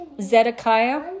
Zedekiah